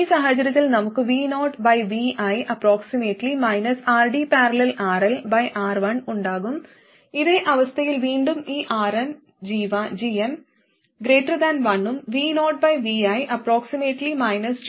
ഈ സാഹചര്യത്തിൽ നമുക്ക് vovi RD||RLR1 ഉണ്ടാകും ഇതേ അവസ്ഥയിൽ വീണ്ടും ഈ gmR1 1 ഉം vovi gmRD||RL ആണ്